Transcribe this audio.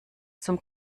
zum